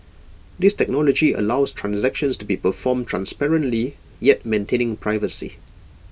this technology allows transactions to be performed transparently yet maintaining privacy